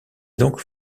donc